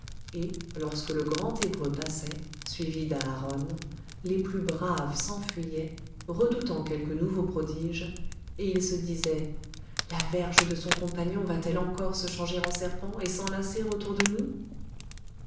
et lorsque le grand hébreu passait suivi d'aharon les plus braves s'enfuyaient redoutant quelque nouveau prodige et ils se disaient la verge de son compagnon va-t-elle encore se changer en serpent et s'enlacer autour de nous